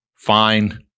Fine